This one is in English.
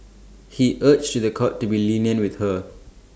he urged to The Court to be lenient with her